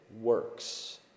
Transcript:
works